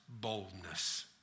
boldness